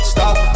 Stop